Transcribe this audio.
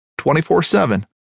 24-7